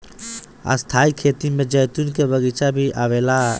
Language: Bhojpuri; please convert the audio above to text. स्थाई खेती में जैतून के बगीचा भी आवेला